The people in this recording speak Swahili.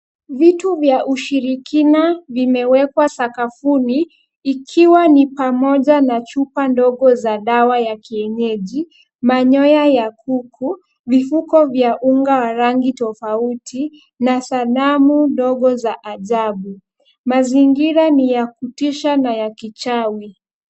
Vitu vya ushirikina vimewekwa sakafuni ikiwa ni pamoja na chupa ndogo za dawa ya kienyeji, manyoya ya kuku, vifuko vya unga wa fangi tofauti na sanamu ndogo za ajabu. Mazingira ni ya kutisha na ya kichawi.